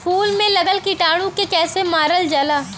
फूल में लगल कीटाणु के कैसे मारल जाला?